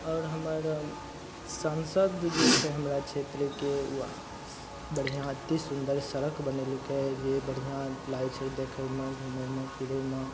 आओर हमर सांसद जे छै हमरा क्षेत्रके उ बढ़िआँ अतिसुन्दर सड़क बनेलकय जे बढ़िआँ लागय छै देखयमे घुमयमे फिरयमे